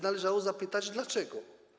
Należałoby zapytać dlaczego.